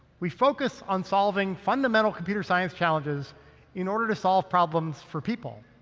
we focus on solving fundamental computer science challenges in order to solve problems for people.